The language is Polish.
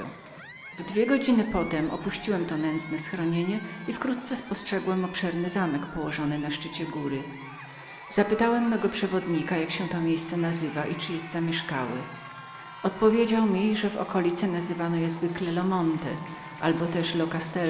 dwie godziny potem opuściłem to nędzne schronienie i wkrótce spostrzegłem obszerny zamek położony na szczycie góry zapytałem mego przewodnika jak się to miejsce nazywało i czy było zamieszkanem odpowiedział mi że w kraju nazywano go zwykle lo monte albo też lo